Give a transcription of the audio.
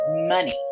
Money